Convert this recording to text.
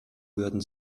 würden